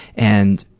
and